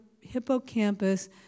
hippocampus